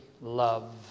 love